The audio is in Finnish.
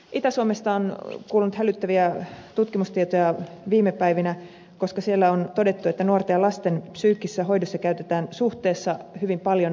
itä suomesta on kuulunut hälyttäviä tutkimustietoja viime päivinä koska siellä on todettu että nuorten ja lasten psyykkisessä hoidossa käytetään suhteessa hyvin paljon lääkehoitoa